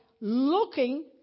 looking